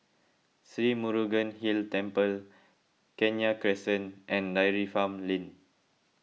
Sri Murugan Hill Temple Kenya Crescent and Dairy Farm Lane